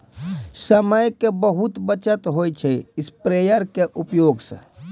समय के बहुत बचत होय छै स्प्रेयर के उपयोग स